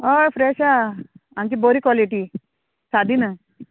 हय फ्रेश हा आनी बरी क्वॉलिटी सादी न्हय